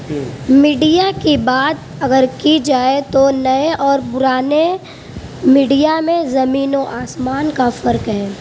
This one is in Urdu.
میڈیا کی بات اگر کی جائے تو نئے اور پرانے میڈیا میں زمین و آسمان کا فرق ہے